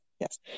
Yes